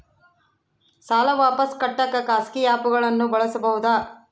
ಸಾಲ ವಾಪಸ್ ಕಟ್ಟಕ ಖಾಸಗಿ ಆ್ಯಪ್ ಗಳನ್ನ ಬಳಸಬಹದಾ?